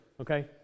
okay